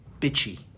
bitchy